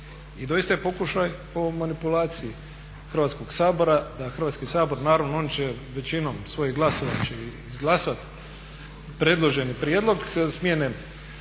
i doista je pokušaj manipulacije Hrvatskog sabora. Naravno oni će većinom svojih glasova će izglasati predloženi prijedlog smjene